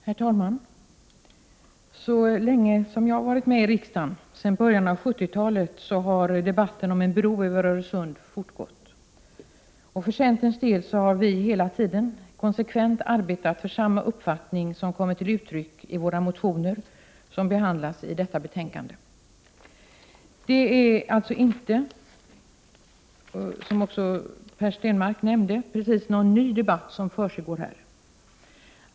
Herr talman! Så länge jag har varit med i riksdagen — och det är sedan början av 1970-talet — har debatten om en bro över Öresund fortgått. Centern har hela tiden konsekvent arbetat för den uppfattning som kommit till uttryck i de centermotioner som behandlas i detta betänkande. Den debatt som här försiggår är alltså inte precis ny, vilket också Per Stenmarck nämnde.